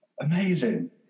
Amazing